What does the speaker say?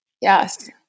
Yes